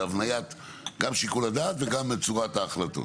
גם שיקול הדעת וגם בצורת ההחלטות.